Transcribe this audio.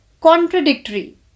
contradictory